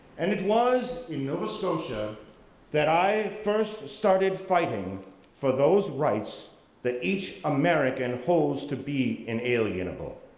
and it was in nova scotia that i first started fighting for those rights that each american holds to be inalienable.